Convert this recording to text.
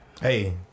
hey